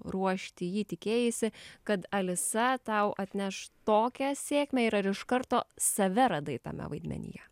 ruošti jį tikėjaisi kad alisa tau atneš tokią sėkmę ir ar iš karto save radai tame vaidmenyje